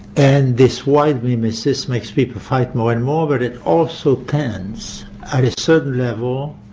and this wild mimesis makes people fight more and more, but it also tends at a certain level,